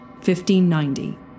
1590